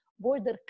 border